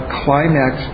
climax